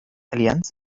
allianz